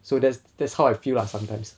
so that's that's how I feel lah sometimes